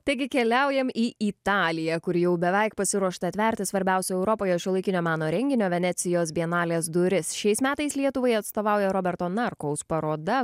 taigi keliaujam į italiją kur jau beveik pasiruošta atverti svarbiausią europoje šiuolaikinio meno renginio venecijos bienalės duris šiais metais lietuvai atstovauja roberto narkaus paroda